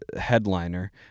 headliner